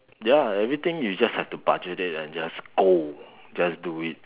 ya everything you just have to budget it and just go just do it